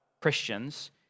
Christians